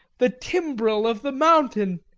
the timbrel of the mountain!